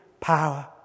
power